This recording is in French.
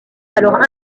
alors